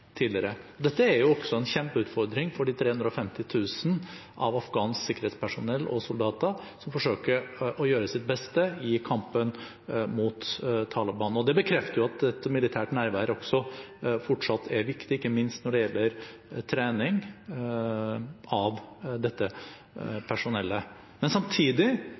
tidligere. Dette er også en kjempeutfordring for de 350 000 av Afghanistans sikkerhetspersonell og soldater som forsøker å gjøre sitt beste i kampen mot Taliban. Det bekrefter at et militært nærvær også fortsatt er viktig, ikke minst når det gjelder trening av dette personellet. Men samtidig